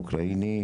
אוקראיני,